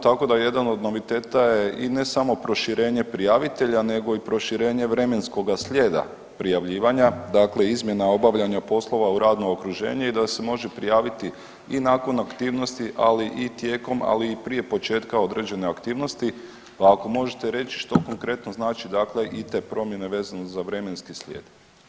Tako da jedan noviteta je i ne samo proširenje prijavitelja nego i proširenje vremenskoga slijeda prijavljivanja dakle izmjena obavljanja poslova u radno okruženje i da se može prijaviti i nakon aktivnosti ali i tijekom, ali i prije početka određene aktivnosti pa ako možete reći što konkretno znači dakle i te promjene vezano za vremenski slijed.